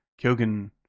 Kyogen